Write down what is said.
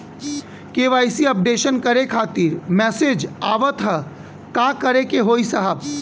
KYC updation करें खातिर message आवत ह का करे के होई साहब?